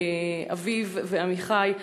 אביב ועמיחי,